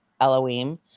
Elohim